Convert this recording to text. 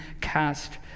cast